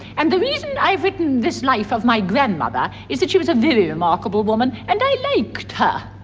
and the reason i have written this life of my grandmother is that she was a very remarkable woman and i liked her.